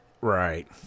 Right